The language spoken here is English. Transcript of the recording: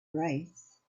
race